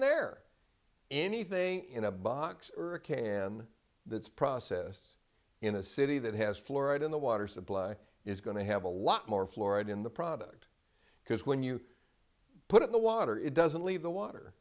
there anything in a box or a can that's process in a city that has fluoride in the water supply is going to have a lot more florid in the product because when you put in the water it doesn't leave the water